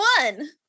one